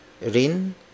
Rin